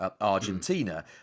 Argentina